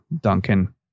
Duncan